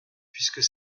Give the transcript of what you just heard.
puisque